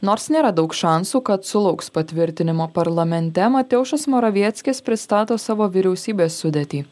nors nėra daug šansų kad sulauks patvirtinimo parlamente mateušas moraveckis pristato savo vyriausybės sudėtį